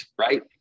Right